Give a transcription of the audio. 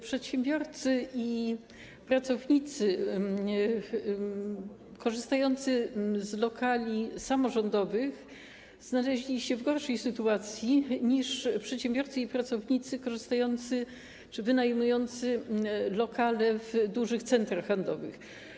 Przedsiębiorcy i pracownicy korzystający z lokali samorządowych znaleźli się w gorszej sytuacji niż przedsiębiorcy i pracownicy wynajmujący lokale w dużych centrach handlowych.